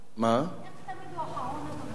איך זה שהוא תמיד אחרון לדבר?